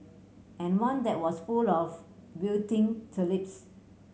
and one that was full of wilting tulips